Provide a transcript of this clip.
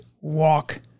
walk